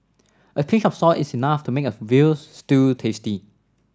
a pinch of salt is enough to make a veal stew tasty